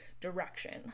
direction